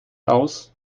aus